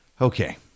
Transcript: Okay